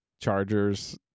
Chargers